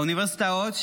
האוניברסיטאות,